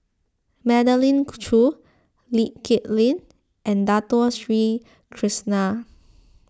Magdalene Khoo Lee Kip Lin and Dato Sri Krishna